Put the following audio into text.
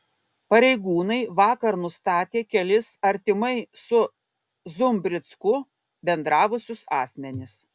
pareigūnai vakar nustatė kelis artimai su zumbricku bendravusius asmenis